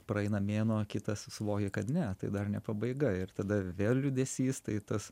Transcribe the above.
praeina mėnuo kitas suvoki kad ne tai dar ne pabaiga ir tada vėl liūdesys tai tas